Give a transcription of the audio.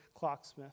clocksmith